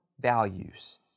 values